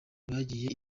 bagiye